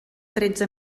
tretze